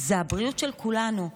זה הבריאות של כולנו.